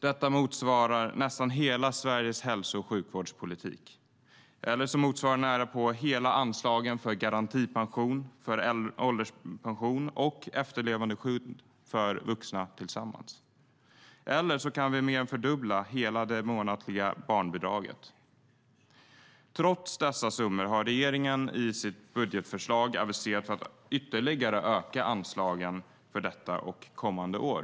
Det motsvarar nästan hela Sveriges hälso och sjukvårdspolitik eller motsvarar närapå hela anslagen för garantipension, ålderspension och efterlevandeskydd för vuxna tillsammans, eller så kan vi närapå fördubbla hela det månatliga barnbidraget. Trots dessa summor har regeringen i sitt budgetförslag aviserat att ytterligare öka anslagen för detta och kommande år.